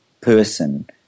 person